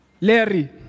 Larry